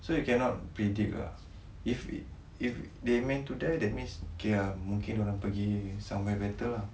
so you cannot predict ah if they are meant to die that means K ah mungkin diorang pergi somewhere better lah